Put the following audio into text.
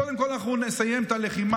קודם כול אנחנו נסיים את הלחימה